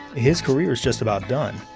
his career is just about done.